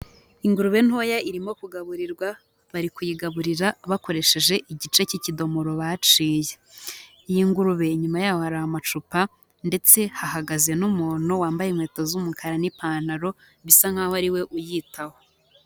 Ingurube ntoya irimo kugaburirwa, bari kuyigaburira bakoresheje igice cy'ikidomoro baciye. Iyi ngurube inyuma yaho hari amacupa, ndetse hahagaze n'umuntu wambaye inkweto z'umukara n'ipantaro, bisa nkaho ari we uyitaho.